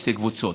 לשתי קבוצות: